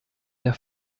der